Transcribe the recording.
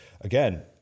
again